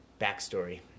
backstory